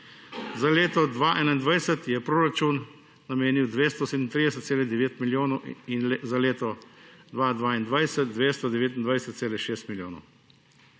Za leto 2021 je proračun namenil 237,9 milijona in za leto 2022 229,6 milijona.